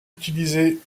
utilisée